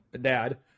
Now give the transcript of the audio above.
dad